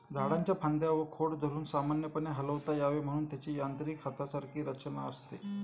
झाडाच्या फांद्या व खोड धरून सामान्यपणे हलवता यावे म्हणून त्याची यांत्रिक हातासारखी रचना असते